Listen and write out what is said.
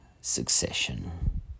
succession